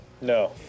No